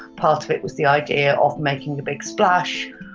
part of it was the idea of making a big splash.